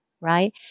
Right